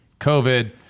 COVID